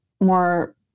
more